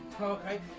okay